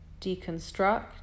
deconstruct